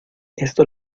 esto